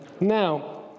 Now